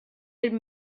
been